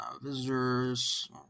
visitors